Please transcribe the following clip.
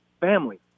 family